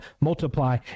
multiply